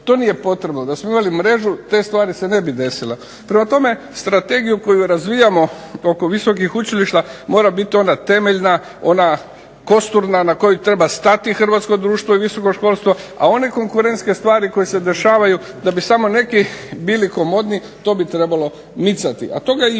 to nije potrebno. Da smo imali mrežu te stvari se ne bi desile. Prema tome strategiju koju razvijamo oko visokih učilišta mora biti ona temeljna, ona kosturna, na koju treba stati hrvatsko društvo i visoko školstvo, a one konkurentske stvari koje se dešavaju da bi samo neki bili komodniji to bi trebalo micati.